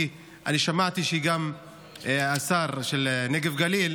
כי אני שמעתי שגם השר של הנגב והגליל